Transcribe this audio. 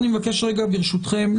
ברשותכם,